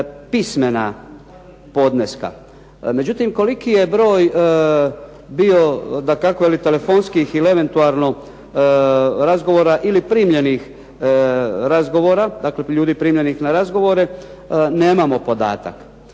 pismena podneska. Međutim koliki je broj bio dakako telefonskih razgovora ili primljenih razgovora, dakle ljudi primljenih na razgovore, nemamo podatak.